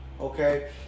okay